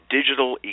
Digital